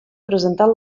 presentat